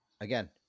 again